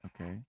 Okay